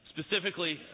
specifically